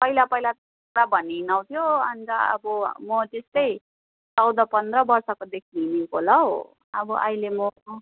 पहिला पहिला छोकडा भनी हिँडाउँथ्यो अन्त अब म त्यस्तै चौध पन्ध्र वर्षकोदेखि हिँडेको होला हौ अब अहिले म